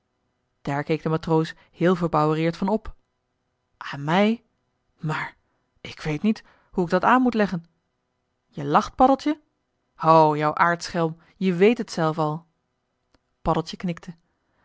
daar keek de matroos heel verbouwereerd van op aan mij maar ik weet niet hoe ik dat aan moet leggen je lacht paddeltje o jou aartsschelm je wéét het zelf al paddeltje knikte